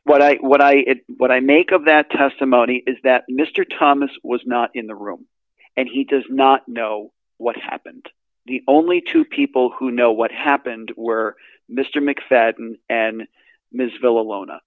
what i what i what i make of that testimony is that mr thomas was not in the room and he does not know what happened the only two people who know what happened were mr mcfadden and ms villa lon